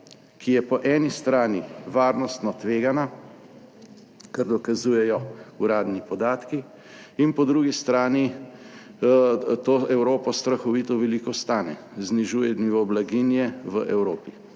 ki je po eni strani varnostno tvegana, kar dokazujejo uradni podatki, in po drugi strani to Evropo strahovito veliko stane, znižuje nivo blaginje v Evropi.